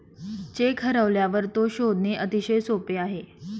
check हरवल्यावर तो शोधणे अतिशय सोपे आहे